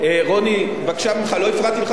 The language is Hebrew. לא הפרעתי לך מעולם כשהיית שר האוצר.